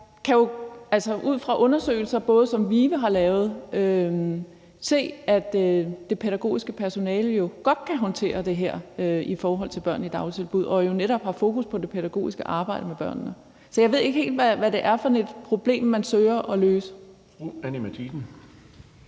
ud fra undersøgelser, som VIVE har lavet, kan jeg se, at det pædagogiske personale jo godt kan håndtere det her i forhold til børnene i dagtilbud og netop har fokus på det pædagogiske arbejde med børnene. Så jeg ved ikke helt, hvad det er for et problem, man søger at løse.